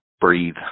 breathe